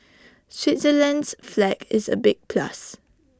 Switzerland's flag is A big plus